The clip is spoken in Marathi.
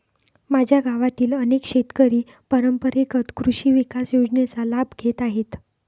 माझ्या गावातील अनेक शेतकरी परंपरेगत कृषी विकास योजनेचा लाभ घेत आहेत